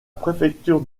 préfecture